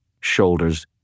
shoulders